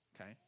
Okay